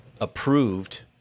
approved